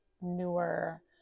newer